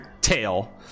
tail